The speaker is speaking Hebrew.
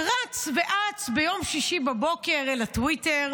שרץ ואץ ביום שישי בבוקר אל הטוויטר,